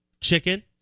chicken